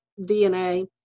DNA